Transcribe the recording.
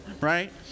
right